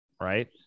right